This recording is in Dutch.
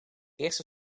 eerste